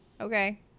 Okay